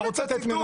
אתה רוצה ציטוט?